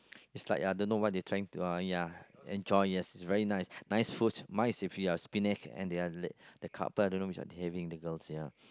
it's like ya don't know what they are trying to uh ya enjoy yes it's very nice nice fruit mine is if you are spinning and they are let the carpark don't know which they are having the girls you know